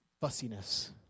fussiness